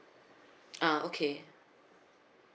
ah okay